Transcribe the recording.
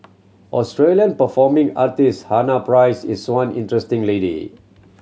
Australian performing artist Hannah Price is one interesting lady